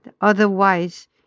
Otherwise